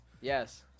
Yes